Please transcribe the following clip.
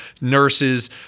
nurses